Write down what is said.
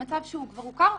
למצב שהוא כבר הוכר,